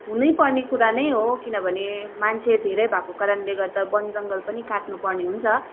हुनै पर्ने कुरा नै हो किनभने मान्छे धेरै भएको कारणले गर्दा बन जङ्गल पनि काट्नु पर्ने हुन्छ